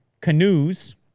canoes